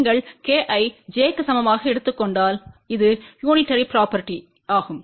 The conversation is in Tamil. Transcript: நீங்கள் k ஐ j க்கு சமமாக எடுத்துக் கொண்டால் இது யூனிடேரி ப்ரொபேர்ட்டி தாகும்